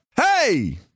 Hey